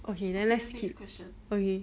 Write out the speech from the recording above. okay then let's skip okay